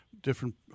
different